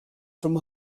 from